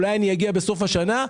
אולי אני אגיע בסוף השנה,